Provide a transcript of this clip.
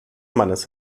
mannes